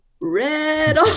red